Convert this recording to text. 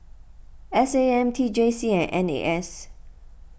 S A M T J C and N A S